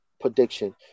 prediction